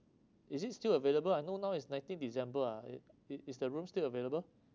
is it still available I know now is nineteen december ah i~ is the room still available